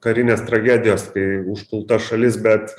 karinės tragedijos kai užpulta šalis bet